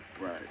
Right